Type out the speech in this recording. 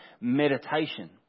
meditation